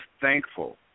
thankful